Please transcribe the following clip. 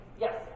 Yes